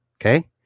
Okay